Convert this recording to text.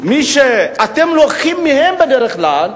מי שאתם לוקחים מהם בדרך כלל,